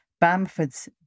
Bamford's